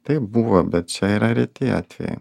taip buvo bet čia yra reti atvejai